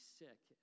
sick